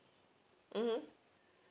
mmhmm